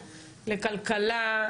לכלכלה,